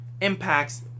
Impact's